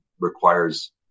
requires